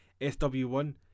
SW1